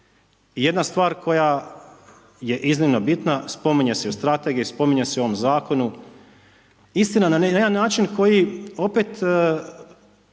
Jedna stvar koja je iznimna bitna, spominje se i u strategiji, spominje se i u ovom zakonu, istina na jedan način, koji opet